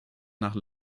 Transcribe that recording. nach